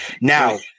Now